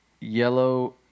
Yellow